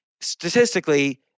statistically